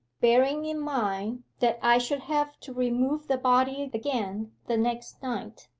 bearing in mind that i should have to remove the body again the next night,